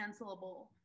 cancelable